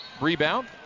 rebound